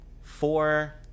four